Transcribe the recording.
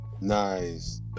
nice